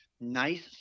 nice